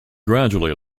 gradually